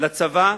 לצבא